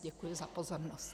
Děkuji za pozornost.